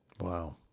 Wow